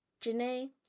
Janae